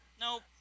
Nope